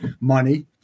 money